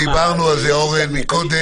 דיברנו על זה קודם.